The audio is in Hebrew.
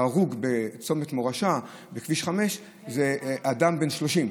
ההרוג בצומת מורשה, בכביש 5, זה אדם בן 30,